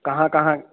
कहाँ कहाँ